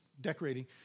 decorating